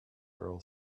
girl